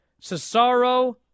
Cesaro